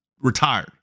retired